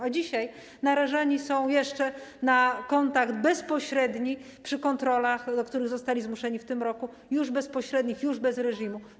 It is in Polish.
A dzisiaj narażani są jeszcze na kontakt bezpośredni przy kontrolach, do których zostali zmuszeni w tym roku, już bezpośrednich, już bez reżimu.